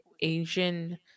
Asian